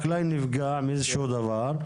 חקלאי נפגע מאיזשהו דבר,